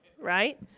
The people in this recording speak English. Right